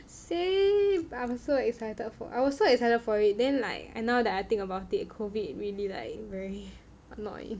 same I'm so excited for I was so excited for it then like now that I think about it COVID really like very annoying